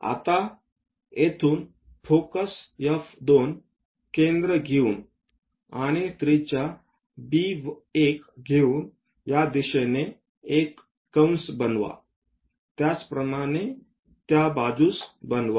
आता येथून focus F2 केंद्र घेऊन आणि त्रिज्या B1 घेऊन या दिशेने एक कंस बनवा त्याचप्रमाणे त्या बाजूस बनवा